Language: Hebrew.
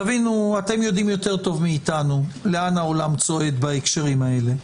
אתם יודעים טוב מאתנו לאן העולם צועד בהקשרים האלה.